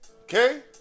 Okay